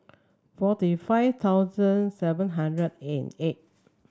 forty five thousand seven hundred and eight